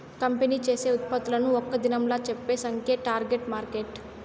company చేసే ఉత్పత్తులను ఒక్క దినంలా చెప్పే సంఖ్యే టార్గెట్ మార్కెట్